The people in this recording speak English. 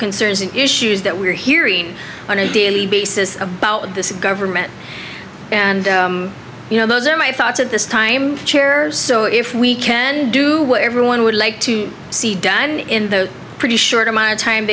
concerns and issues that we're hearing on a daily basis about this government and you know those are my thoughts at this time so if we can do what everyone would like to see done in the pretty short amount of time